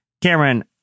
Cameron